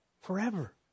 forever